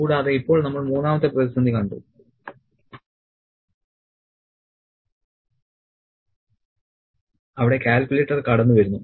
കൂടാതെ ഇപ്പോൾ നമ്മൾ മൂന്നാമത്തെ പ്രതിസന്ധി കണ്ടു അവിടെ കാൽക്കുലേറ്റർ കടന്ന് വരുന്നു